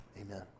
amen